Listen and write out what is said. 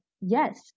yes